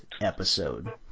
episode